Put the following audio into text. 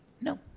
No